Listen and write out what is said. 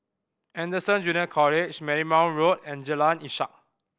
Anderson Junior College Marymount Road and Jalan Ishak